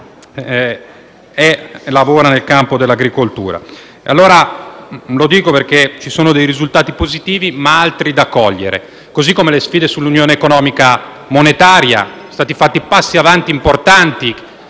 lavora nel campo dell'agricoltura. Lo dico perché ci sono dei risultati positivi, ma altri da cogliere. Anche sulle sfide sull'Unione economica e monetaria sono stati fatti passi in avanti importanti,